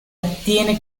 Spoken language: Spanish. tiene